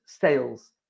sales